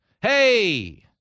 Hey